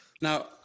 now